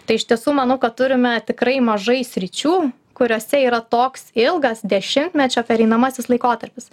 tai iš tiesų manau kad turime tikrai mažai sričių kuriose yra toks ilgas dešimtmečio pereinamasis laikotarpis